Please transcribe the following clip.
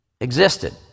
existed